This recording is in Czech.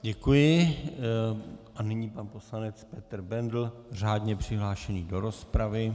Děkuji a nyní pan poslanec Petr Bendl, řádně přihlášený do rozpravy.